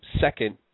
second